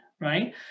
right